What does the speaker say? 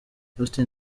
austin